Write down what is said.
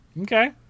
Okay